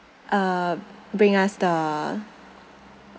uh bring us the